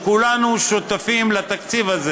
שכולנו שותפים לו,